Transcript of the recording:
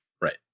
Right